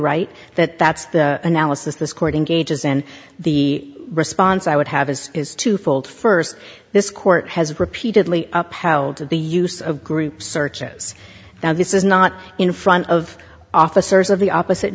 right that that's the analysis this courting gauges and the response i would have is is twofold first this court has repeatedly up how the use of group search is now this is not in front of officers of the opposite